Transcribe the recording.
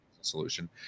solution